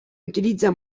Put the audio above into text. utilizza